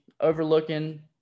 overlooking